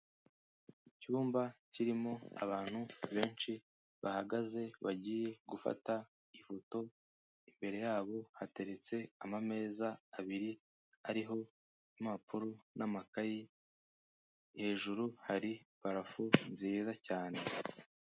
Icyumba kirimo abantu benshi bahagaze bagiye gufata ifoto, imbere yabo hateretse amameza abiri ariho impapuro n'amakayi hejuru hari parafo nziza cyane.